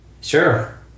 Sure